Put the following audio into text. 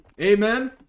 Amen